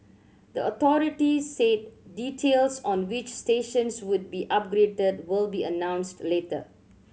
the authority said details on which stations would be upgraded will be announced later